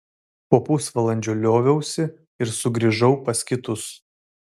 po pusvalandžio lioviausi ir sugrįžau pas kitus